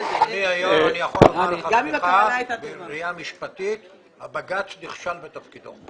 אני יכול לומר לך בראייה משפטית שהבג"ץ נכשל בתפקידו.